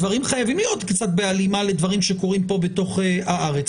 הדברים חייבים להיות קצת בהלימה לדברים שקורים כאן בתוך הארץ.